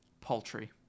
Paltry